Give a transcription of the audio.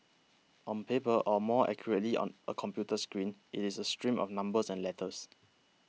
on paper or more accurately on a computer screen it is a stream of numbers and letters